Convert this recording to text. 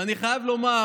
אני חייב לומר